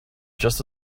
just